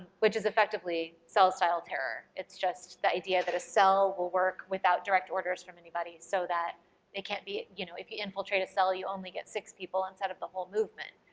which is effectively cell-style terror, it's just the idea that a cell will work without direct orders from anybody so that it can't be, you know if you infiltrate a cell you only get six people instead of the whole movement.